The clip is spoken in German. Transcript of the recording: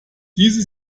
diese